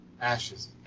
ashes